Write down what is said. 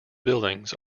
buildings